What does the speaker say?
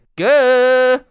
good